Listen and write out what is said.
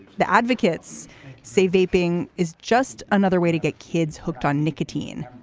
the advocates say vaping is just another way to get kids hooked on nicotine,